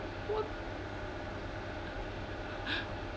what